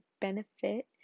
benefit